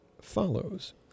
follows